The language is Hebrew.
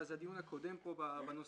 מאז הדיון האחרון פה בנושא,